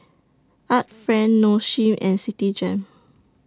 Art Friend Nong Shim and Citigem